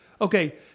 Okay